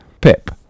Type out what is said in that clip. Pip